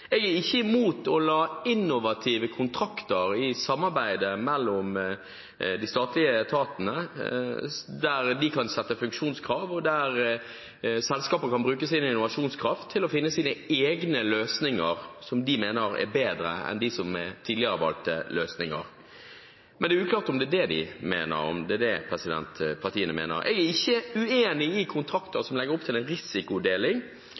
Jeg er ikke imot å ha innovative kontrakter i samarbeidet mellom de statlige etatene, der de kan sette funksjonskrav, og der selskaper kan bruke sin innovasjonskraft til å finne sine egne løsninger som de mener er bedre enn tidligere valgte løsninger. Men det er uklart om det er det partiene mener. Jeg er ikke uenig i å ha kontrakter som legger opp til en risikodeling.